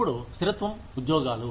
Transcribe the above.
ఇప్పుడు స్థిరత్వం ఉద్యోగాలు